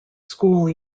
school